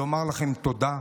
לומר לכם תודה,